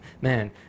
man